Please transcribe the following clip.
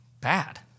bad